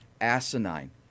asinine